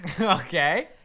Okay